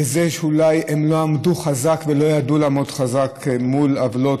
בכך שאולי הן לא עמדו חזק ולא ידעו לעמוד חזק מול עוולות,